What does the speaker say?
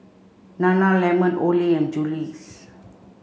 Nana lemon Olay and Julie's